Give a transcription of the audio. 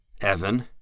Evan